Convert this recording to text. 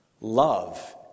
Love